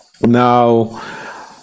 now